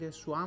su